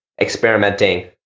experimenting